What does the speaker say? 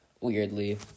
weirdly